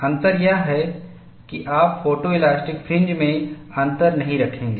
अंतर यह है कि आप फोटोइलास्टिक फ्रिन्ज में अंतर नहीं रखेंगे